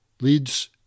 leads